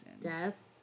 Death